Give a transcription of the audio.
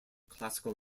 classical